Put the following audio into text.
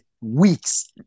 weeks